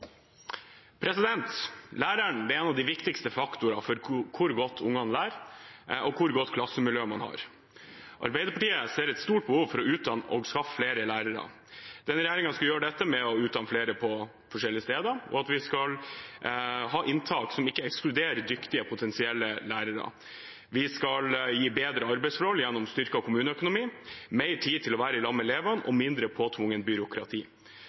hvor godt ungene lærer, og hvor godt klassemiljø man har. Arbeiderpartiet ser et stort behov for å utdanne og skaffe flere lærere. Denne regjeringen skal gjøre dette ved å utdanne flere på forskjellige steder og ha inntak som ikke ekskluderer dyktige potensielle lærere. Vi skal gi bedre arbeidsforhold gjennom styrket kommuneøkonomi, mer tid til å være sammen med elevene og mindre påtvunget byråkrati.